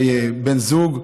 אולי בן זוג,